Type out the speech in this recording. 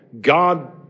God